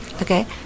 Okay